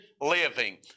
living